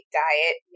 diet